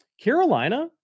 Carolina